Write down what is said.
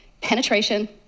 penetration